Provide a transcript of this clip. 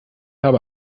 habe